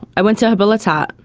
i went to habilitat. ah